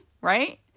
Right